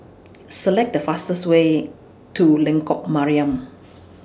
Select The fastest Way to Lengkok Mariam